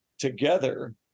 together